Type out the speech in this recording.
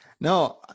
No